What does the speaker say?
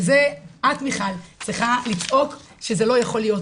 וזה, את מיכל, צריכה לצעוק שזה לא יכול להיות.